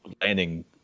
landing